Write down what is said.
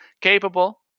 capable